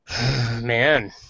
Man